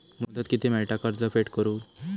मुदत किती मेळता कर्ज फेड करून?